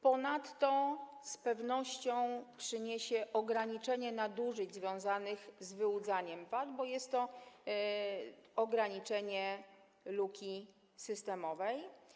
Ponadto z pewnością to przyniesie ograniczenie nadużyć związanych z wyłudzaniem VAT, bo jest to ograniczenie luki systemowej.